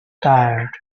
tired